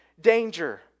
danger